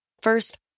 First